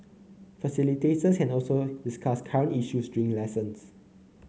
facilitators can also discuss current issues during lessons